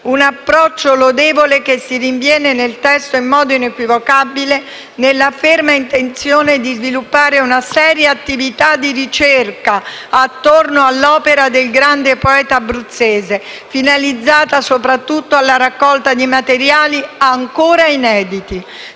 un approccio lodevole che si rinviene in modo inequivocabile nella ferma intenzione di sviluppare una seria attività di ricerca intorno all'opera del grande poeta abruzzese, finalizzata soprattutto alla raccolta di materiali ancora inediti.